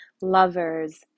lovers